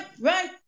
right